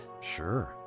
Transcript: Sure